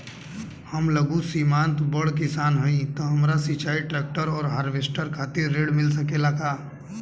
हम लघु सीमांत बड़ किसान हईं त हमरा सिंचाई ट्रेक्टर और हार्वेस्टर खातिर ऋण मिल सकेला का?